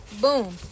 boom